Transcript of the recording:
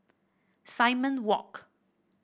Simon Walk